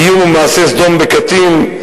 איום ומעשה סדום בקטין,